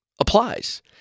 applies